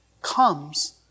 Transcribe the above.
comes